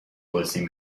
بازی